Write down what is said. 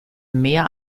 mehr